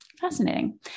fascinating